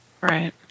Right